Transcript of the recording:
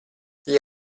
gli